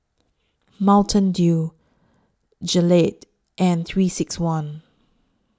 Mountain Dew Gillette and three six one